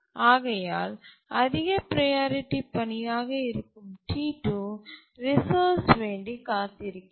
ஆகையால் அதிக ப்ரையாரிட்டி பணியாக இருக்கும் T2 ரிசோர்ஸ் வேண்டி காத்திருக்கிறது